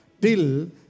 till